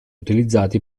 utilizzati